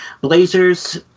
Blazers